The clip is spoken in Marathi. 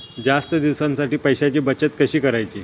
जास्त दिवसांसाठी पैशांची बचत कशी करायची?